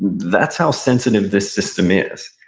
that's how sensitive this system is.